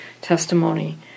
testimony